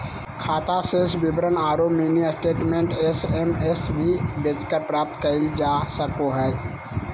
खाता शेष विवरण औरो मिनी स्टेटमेंट एस.एम.एस भी भेजकर प्राप्त कइल जा सको हइ